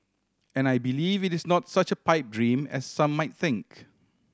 and I believe it is not such a pipe dream as some might think